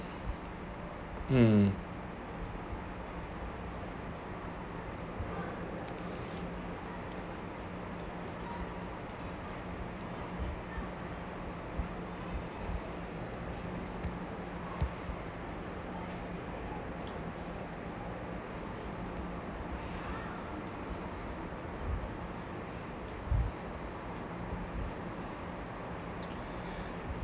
hmm